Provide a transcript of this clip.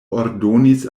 ordonis